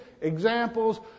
examples